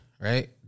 Right